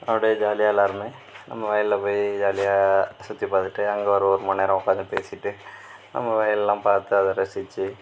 அப்படியே ஜாலியாக எல்லாருமே நம்ம வயல்ல போய் ஜாலியாக சுற்றி பார்த்துட்டு அங்கே ஒரு ஒரு மணி நேரம் உட்காந்து பேசிட்டு நம்ம வயல்லாம் பார்த்து அதை ரசித்து